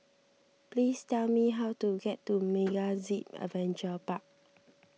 please tell me how to get to MegaZip Adventure Park